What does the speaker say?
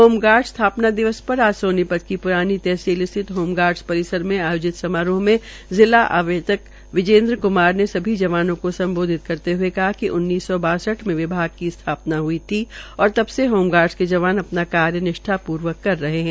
home guard स्थापना दिवस पर आज सोनीपत की प्रानी तहसील स्थित होम गार्डस परिसर में आयोजित समारोह मे जिला आदेशक विजेन्द्र कुमार ने सभी जवानों को सम्बोधित करते हए कहा कि उन्नीस सौ बासठ को विभाग की स्थापना ह्ई थी और तब से होमगार्ड के जवान अपना कार्य निष्ठापूर्वक कर रहे है